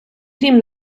грім